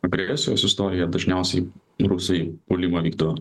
agresijos istoriją dažniausiai rusai puolimą vykdo